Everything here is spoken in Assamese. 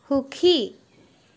সুখী